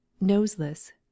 noseless